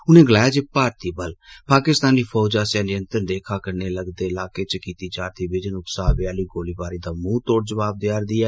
उनें गलाया जे भारतीय बल पाकिस्तानी फौज आस्सेआ नियंत्रण रेखा कन्नै लगदे इलाकें च कीती जा'रदी बिजन उकसावें आह्ली गोलाबारी दा मूंह तोड़ जवाब देआ'रदी ऐ